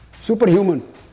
Superhuman